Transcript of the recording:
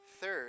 third